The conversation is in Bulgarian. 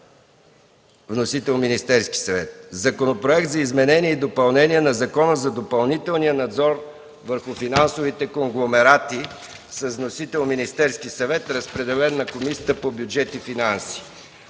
Вносител – Министерският съвет. - Законопроект за изменение и допълнение на Закона за допълнителния надзор върху финансовите конгломерати. Вносител – Министерският съвет. Разпределен е на Комисията по бюджет и финанси.